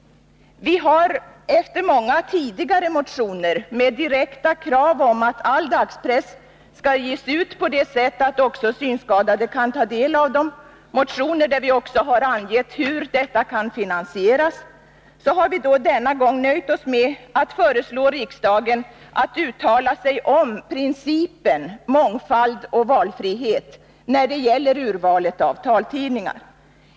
Vi har i många tidigare motioner ställt direkta krav på att all dagspress skall ges ut på ett sådant sätt att också synskadade kan ta del av dem. I de motionerna har vi också angivit hur detta kan finansieras. Den här gången har vi nöjt oss med att föreslå att riksdagen uttalar sig om principen mångfald och valfrihet när det gäller urvalet av taltidningar.